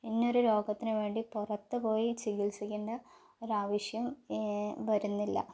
ഇന്നൊരു രോഗത്തിന് വേണ്ടി പുറത്ത് പോയി ചികിൽസിക്കണ്ട ഒരാവശ്യം വരുന്നില്ല